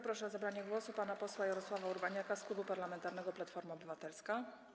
Proszę o zabranie głosu pana posła Jarosława Urbaniaka z Klubu Parlamentarnego Platforma Obywatelska.